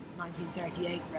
1938